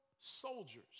soldiers